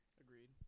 Agreed